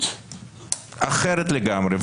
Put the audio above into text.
אחרת לגמרי.